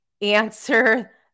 answer